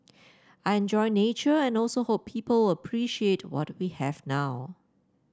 I enjoy nature and also hope people will appreciate what we have now